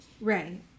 Right